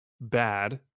bad